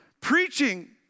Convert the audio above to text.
preaching